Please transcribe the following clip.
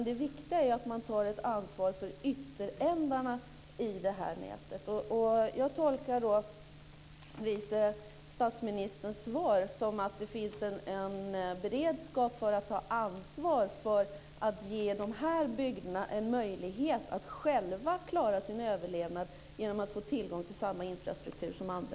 Det viktiga är att man tar ett ansvar för ytterändarna i nätet. Jag tolkar vice statsministerns svar som att det finns en beredskap för att ta ansvar för att ge de här bygderna en möjlighet att själva klara sin överlevnad genom att de får tillgång till samma infrastruktur som andra.